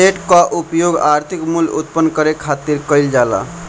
asset कअ उपयोग आर्थिक मूल्य उत्पन्न करे खातिर कईल जाला